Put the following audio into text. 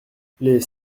les